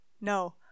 No